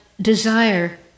desire